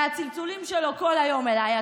מהצלצולים שלו כל היום אליי,